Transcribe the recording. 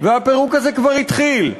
והפירוק הזה כבר התחיל,